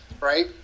right